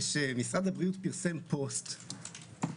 כשמשרד הבריאות פרסם פוסט,